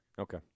Okay